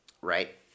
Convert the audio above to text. right